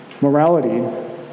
Morality